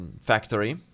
factory